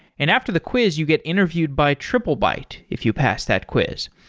and after the quiz you get interviewed by triplebyte if you pass that quiz.